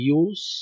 use